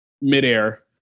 midair